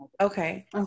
Okay